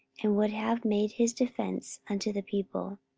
and would have made his defence unto the people.